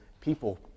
people